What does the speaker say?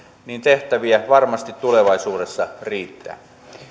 niin tehtäviä varmasti tulevaisuudessa riittää